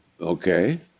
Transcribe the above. okay